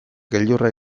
gailurra